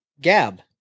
Gab